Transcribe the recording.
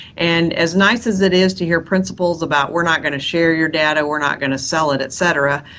and as nice as it is to hear principles about we're not going to share your data, we're not going to sell it' et cetera,